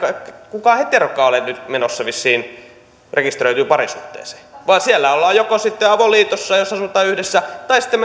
kukaan heterokaan ole nyt menossa vissiin rekisteröityyn parisuhteeseen vaan siellä joko sitten ollaan avoliitossa jos asutaan yhdessä tai sitten